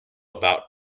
about